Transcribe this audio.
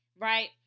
right